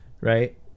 right